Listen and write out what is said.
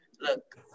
look